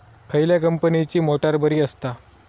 खयल्या कंपनीची मोटार बरी असता?